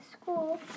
school